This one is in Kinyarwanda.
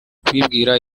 kubibwira